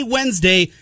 Wednesday